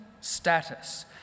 status